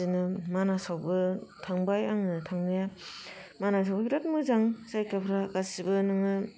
बिदिनो मानासावबो थांबाय आङो थांनाया मानासावबो बिराद मोजां जायगाफ्रा गासिबो नोङो